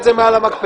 נבחן תקדימים מהעבר,